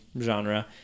genre